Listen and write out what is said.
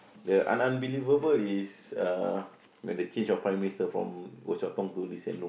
the un~ unbelievable is uh when the change of Prime-Minister from Goh-Chok-Tong to Lee-Hsien-Loong